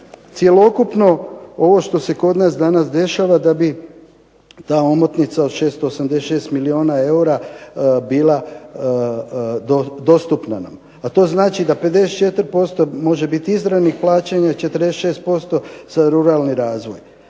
cjelokupno ovo što se kod nas danas dešava da bi ta omotnica od 686 milijuna eura bila dostupna nam, a to znači da 54% može bit izravnih plaćanja, 46% za ruralni razvoj.